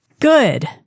Good